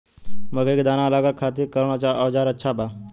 मकई के दाना अलग करे खातिर कौन औज़ार सबसे अच्छा बा?